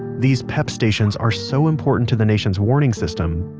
these pep stations are so important to the nation's warning system,